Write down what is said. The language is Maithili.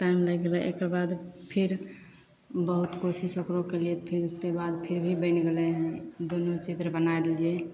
टाइम लागि गेलै एकर बाद फेर बहुत कोशिश ओकरो कएलिए फिर उसके बाद फिर भी बनि गेलै हँ दुनू चित्र बनै लेलिए